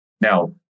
Now